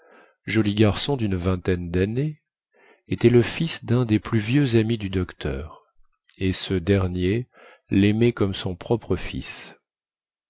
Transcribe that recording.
joli garçon dune vingtaine dannées était le fils dun des plus vieux amis du docteur et ce dernier laimait comme son propre fils